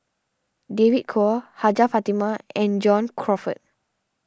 David Kwo Hajjah Fatimah and John Crawfurd